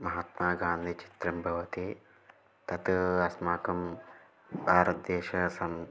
महात्मागान्धिनः चित्रं भवति तत् अस्माकं भारतदेशः सः